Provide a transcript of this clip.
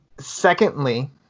Secondly